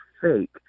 fake